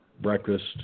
breakfast